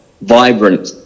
vibrant